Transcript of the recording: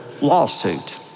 lawsuit